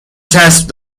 چسب